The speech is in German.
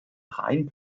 rein